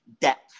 depth